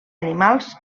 animals